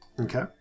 Okay